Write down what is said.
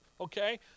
okay